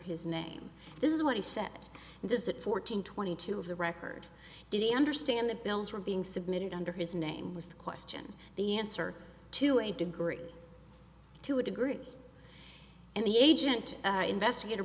his name this is what he said this at fourteen twenty two of the record did he understand the bills were being submitted under his name was the question the answer to a degree to a degree and the agent investigator